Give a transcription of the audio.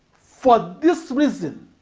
for this reason,